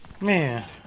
man